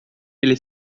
ele